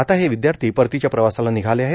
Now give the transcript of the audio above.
आता हे विद्यार्थी परतीच्या प्रवासाला निघाले आहेत